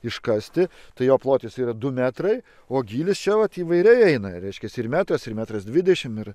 iškasti tai jo plotis yra du metrai o gylis čia vat įvairiai eina reiškiasi ir metras ir metras dvidešim ir